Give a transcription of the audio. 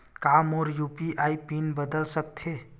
का मोर UPI pin बदल सकथे?